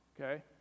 Okay